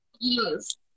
Yes